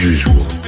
Usual